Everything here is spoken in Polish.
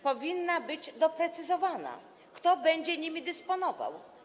Powinno być doprecyzowane, kto będzie nimi dysponował.